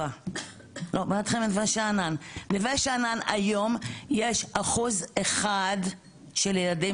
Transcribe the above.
נווה שאנן היום יש אחוז אחד של ילדים